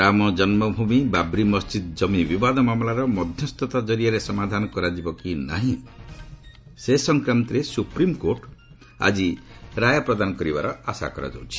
Ram Janmabhoomi Babri Masjid କମି ବିବାଦ ମାମଲାର ମଧ୍ୟସ୍ଥତା ଜରିଆରେ ସମାଧାନ କରାଯିବ କି ନାହିଁ ସେ ସଂକ୍ରାନ୍ତରେ ସ୍ୱପ୍ରିମ୍କୋର୍ଟ ଆଜି ରାୟ ପ୍ରଦାନ କରିବାର ଆଶା କରାଯାଉଛି